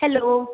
hello